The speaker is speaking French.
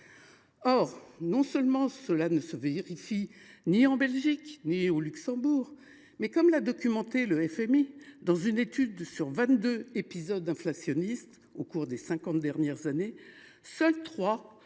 Non seulement cette thèse ne se vérifie ni en Belgique ni au Luxembourg, mais, comme l’a documenté le FMI dans une étude sur vingt deux épisodes inflationnistes au cours des cinquante dernières années, seuls trois